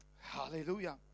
Hallelujah